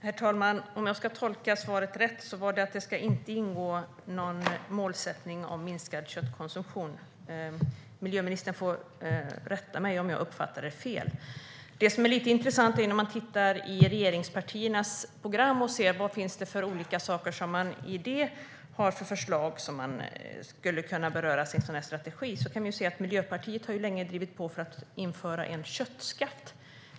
Herr talman! Låt mig se om jag har tolkat svaret rätt: Det ska inte ingå något mål om minskad köttkonsumtion. Miljöministern får rätta mig om jag uppfattade fel. Det är intressant att titta i regeringspartiernas program och se vilka förslag som finns som berör en sådan strategi. Där framgår att Miljöpartiet länge har drivit på för att införa en köttskatt.